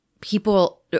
people